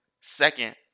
Second